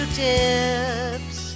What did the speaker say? tips